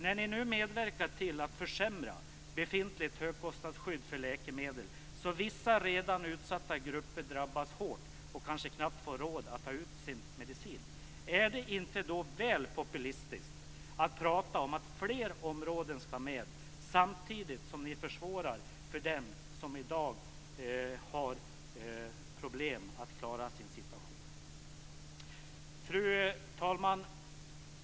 Ni medverkar nu till att försämra befintligt högkostnadsskydd för läkemedel så att vissa redan utsatta grupper drabbas hårt och kanske knappt får råd att ta ut sin medicin. Är det då inte väl populistiskt att prata om att flera områden skall vara med, samtidigt som ni försvårar för dem som i dag har problem att klara sin situation? Fru talman!